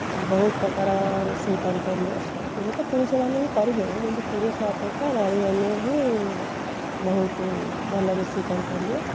ବହୁତ ପ୍ରକାର ରୋଷେଇ କରିପାରିବେ ଏବେ ତ ପୁରୁଷମାନେ ବି କରିଲେଣି କିନ୍ତୁ ପୁରୁଷ ଅପେକ୍ଷା ନାରୀମାନେ ହିଁ ବହୁତ ଭଲ ରୋଷେଇ କରିପାରିବେ